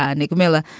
ah nick miller,